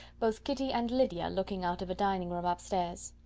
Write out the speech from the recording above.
both kitty and lydia looking out of a dining-room up stairs.